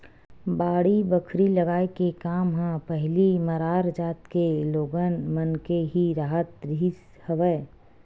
बाड़ी बखरी लगाए के काम ह पहिली मरार जात के लोगन मन के ही राहत रिहिस हवय